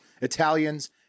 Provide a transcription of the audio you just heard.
Italians